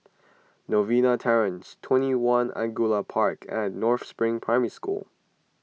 Novena Terrace twenty one Angullia Park and North Spring Primary School